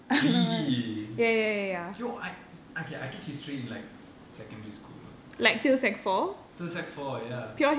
really yo I okay I took history in like secondary school still sec four ya